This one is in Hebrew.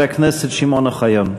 חבר הכנסת שמעון אוחיון.